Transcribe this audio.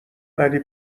علی